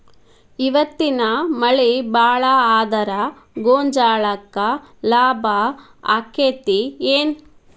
ಇವತ್ತಿನ ಮಳಿ ಭಾಳ ಆದರ ಗೊಂಜಾಳಕ್ಕ ಲಾಭ ಆಕ್ಕೆತಿ ಏನ್?